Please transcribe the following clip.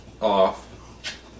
off